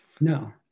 No